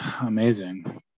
amazing